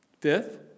Fifth